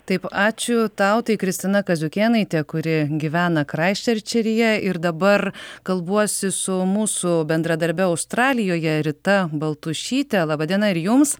taip ačiū tau tai kristina kaziukėnaitė kuri gyvena kraiščerčirije ir dabar kalbuosi su mūsų bendradarbe australijoje rita baltušyte laba diena ir jums